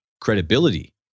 credibility